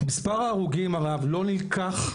שמספר ההרוגים הרב, לא נלקח,